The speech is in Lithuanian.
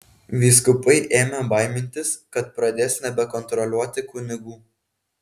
vyskupai ėmė baimintis kad pradės nebekontroliuoti kunigų